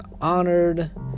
honored